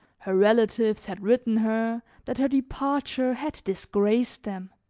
her relatives had written her that her departure had disgraced them,